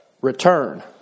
Return